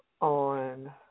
on